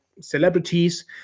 celebrities